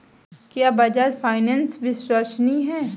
क्या बजाज फाइनेंस विश्वसनीय है?